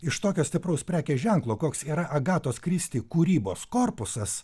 iš tokio stipraus prekės ženklo koks yra agatos kristi kūrybos korpusas